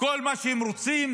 כל מה שהם רוצים,